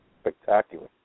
spectacular